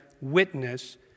witness